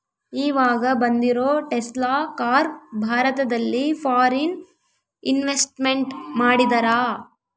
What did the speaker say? ಈವಾಗ ಬಂದಿರೋ Tesla car ಭಾರತದಲ್ಲಿ ಫಾರಿನ್ ಇನ್ವೆಸ್ಟ್ಮೆಂಟ್ ಮಾಡಿದರಾ